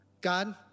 God